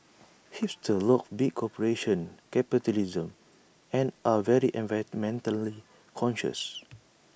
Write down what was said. hipsters loath big corporations capitalism and are very environmentally conscious